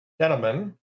Gentlemen